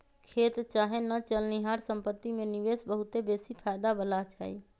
खेत चाहे न चलनिहार संपत्ति में निवेश बहुते बेशी फयदा बला होइ छइ